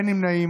אין נמנעים.